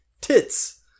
Tits